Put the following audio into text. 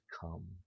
come